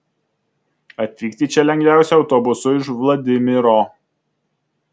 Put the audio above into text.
atvykti čia lengviausia autobusu iš vladimiro